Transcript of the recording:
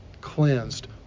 cleansed